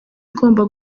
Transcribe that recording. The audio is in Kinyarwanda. igomba